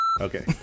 Okay